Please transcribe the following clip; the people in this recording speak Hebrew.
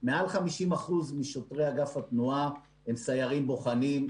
מעל 50% משוטרי אגף התנועה הם סיירים בוחנים,